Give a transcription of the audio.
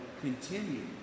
continue